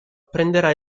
prenderà